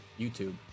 youtube